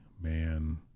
man